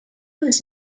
was